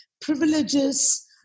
privileges